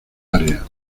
área